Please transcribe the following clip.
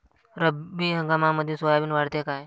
रब्बी हंगामामंदी सोयाबीन वाढते काय?